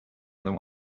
other